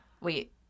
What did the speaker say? wait